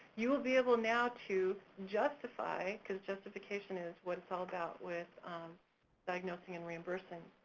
you will be able now to justify, because justification is what it's all about with diagnosing and reimbursement,